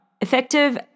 Effective